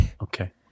Okay